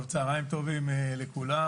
צוהריים טובים לכולם.